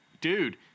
dude